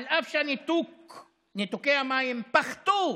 אף שניתוקי המים פחתו